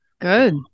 Good